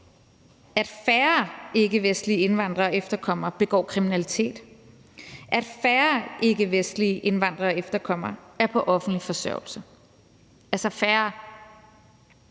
at færre ikkevestlige indvandrere og efterkommere begår kriminalitet, at færre ikkevestlige indvandrere og efterkommere er på offentlig forsørgelse. Altså færre!